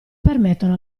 permettono